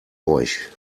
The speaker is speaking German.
euch